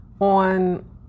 on